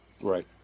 Right